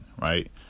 right